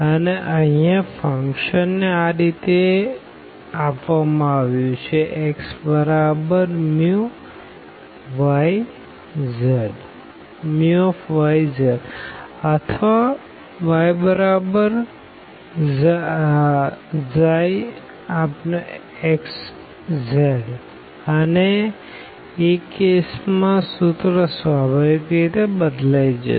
અને અહિયાં ફંક્શન ને આ રીતે આપવામાં આવ્યું છે xμyzઅથવા yψxz અને એ કેસ માં સૂત્ર અવાભાવિક રીતે બદલાઈ જશે